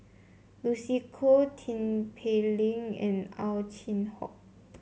Lucy Koh Tin Pei Ling and Ow Chin Hock